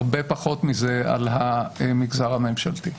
הרבה פחות מזה על המגזר הממשלתי.